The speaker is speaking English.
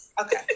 Okay